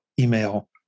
email